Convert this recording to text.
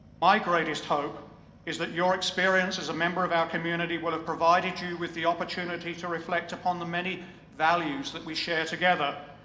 my greatest hope is that your experience as a member of our community will have provided you with the opportunity to reflect upon the many values that we share together,